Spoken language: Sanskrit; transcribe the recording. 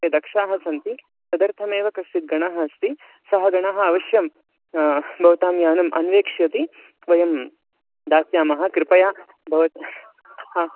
ते दक्षाः सन्ति तदर्थमेव कश्चिद्गणः अस्ति सः गणः अवश्यं भवतां यानम् अन्वेक्ष्यति वयं दास्यामः कृपया भवतः हा